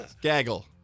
Gaggle